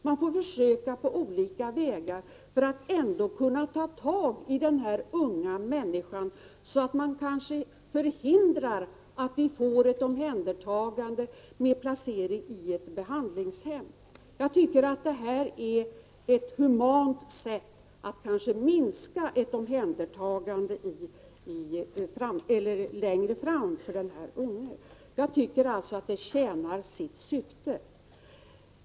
Man får försöka på olika vägar för att ändå kunna ta tag i den här unga människan, så att man kanske förhindrar ett omhändertagande med placering i behandlingshem. Jag tycker att det är ett humant sätt att kunna minska risken för ett omhändertagande längre fram för den här unge. Det tjänar alltså sitt syfte.